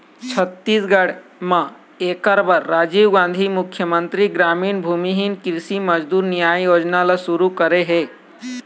छत्तीसगढ़ म एखर बर राजीव गांधी मुख्यमंतरी गरामीन भूमिहीन कृषि मजदूर नियाय योजना ल सुरू करे हे